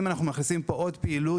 אם אנחנו מכניסים פה עוד פעילות,